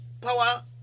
Power